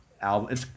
album